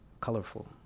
colorful